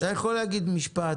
אתה יכול להגיד משפט.